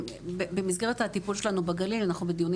במסגרת הטיפול שלנו בגליל אנחנו בדיונים